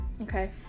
Okay